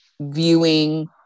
viewing